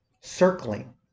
circling